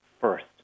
first